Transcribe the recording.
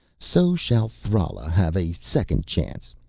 so shall thrala have a second chance.